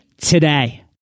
today